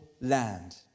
land